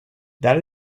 that